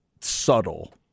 subtle